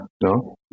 No